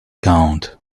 count